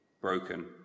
broken